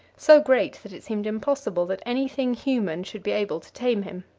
so great that it seemed impossible that any thing human should be able to tame him.